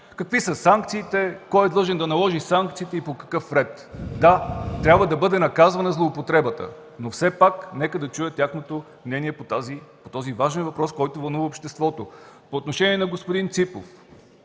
какви са санкциите, кой е длъжен да ги наложи и по какъв ред. Да, трябва да бъде наказана злоупотребата, но все пак нека да чуем тяхното мнение по този важен въпрос, който вълнува обществото. По отношение на господин Ципов,